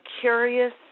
curious